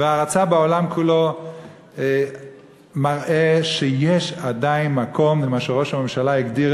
וההערצה בעולם כולו מראה שיש עדיין מקום למה שראש הממשלה הגדיר,